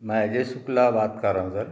मैं अजय शुक्ला बात कर रहा हूँ सर